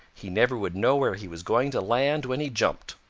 he never would know where he was going to land when he jumped.